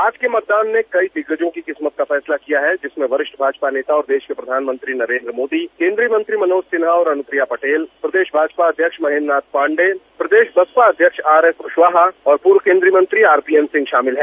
आज के मतदान ने कई दिग्गजों की किस्मत का फैसला किया जिसमें वरिष्ठ भाजपा नेता और देश के प्रधानमंत्री नरेंद्र मोदी केंद्रीय मंत्री मनोज सिन्हा और अनुप्रिया पटेल प्रदेश भाजपा अध्यक्ष महेंद्र नाथ पांडे प्रदेश बसपा अध्यक्ष आर एस कुशवाहा और पूर्व केंद्रीय मंत्री आर पी एन सिंह शामिल हैं